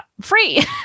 free